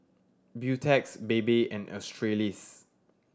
Beautex Bebe and Australis